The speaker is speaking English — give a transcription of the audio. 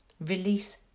release